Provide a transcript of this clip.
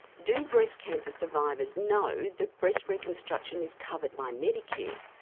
do breast cancer survivors know that breast reconstruction is covered by medicare?